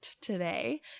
today